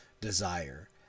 desire